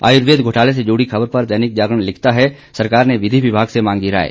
आयुर्वेद घोटाले से जुड़ी ख़बर पर दैनिक जागरण लिखता है सरकार ने विधि विभाग से मांगी राय